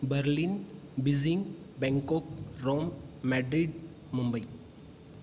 Berlin Beijing Bangkok Rome Madrid Mumbai